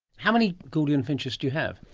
how many gouldian finches do you have?